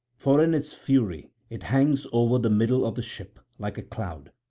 for in its fury it hangs over the middle of the ship, like a cloud,